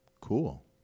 Cool